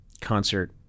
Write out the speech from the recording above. concert